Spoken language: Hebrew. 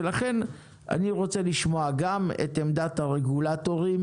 ולכן אני רוצה לשמוע גם את עמדת הרגולטורים